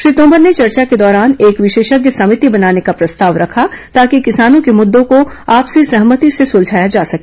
श्री तोमर ने चर्चा के दौरान एक विशेषज्ञ समिति बनाने का प्रस्ताव रखा ताकि किसानों के मुद्दों को आपसी सहमति से सुलझाया जा सके